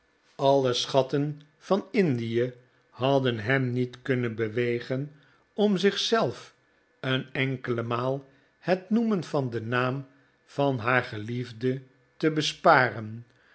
verbijsterd schatten van indie hadden hem niet kunnen bewegen om zich zelf een enkele maal het noemen van den naam van haar geliefde te besparen